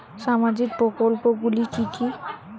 সামাজিক প্রকল্প গুলি কি কি?